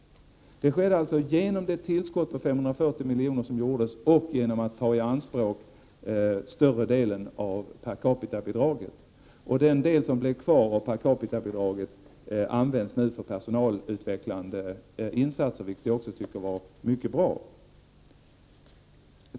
Detta kunde ske genom det tillskott på 540 miljoner som gjordes och genom att man tog i anspråk större delen av per capita-bidraget. Den del som blev kvar av per capita-bidraget används nu för personalutvecklande insatser, vilket jag också tycker är mycket bra.